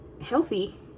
healthy